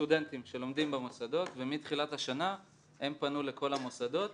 סטודנטים שלומדים במוסדות ומתחילת השנה הם פנו לכל המוסדות